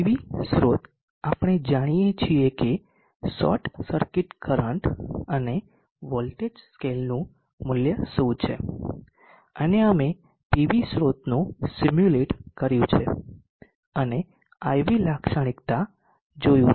PV સ્રોત આપણે જાણીએ છીએ કે શોર્ટ સર્કિટ કરંટ અને વોલ્ટેજ સ્કેલનું મૂલ્ય શું છે અને અમે પીવી સ્રોતનું સિમ્યુલેટ કર્યું છે અને IV લાક્ષણિકતા જોયું છે